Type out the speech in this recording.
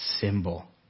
symbol